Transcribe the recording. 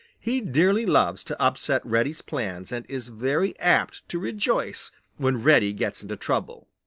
he dearly loves to upset reddy's plans and is very apt to rejoice when reddy gets into trouble.